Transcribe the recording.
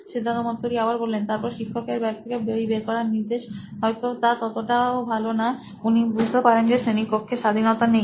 সিদ্ধার্থ মাতু রি সি ই ও নোইন ইলেক্ট্রনিক্স তারপর শিক্ষক এর ব্যাগ থেকে বই বের করার নির্দে শ হয়তো তা ততটাও ভালো নয় উনি বুঝতে পারেন যে শ্রেণীকক্ষে স্বাধীনতা নেই